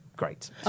Great